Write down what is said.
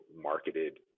marketed